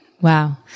wow